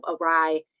awry